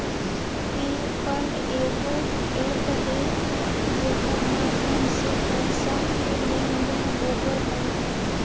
पे पल एगो एप्प है जेकर माध्यम से पैसा के लेन देन होवो हय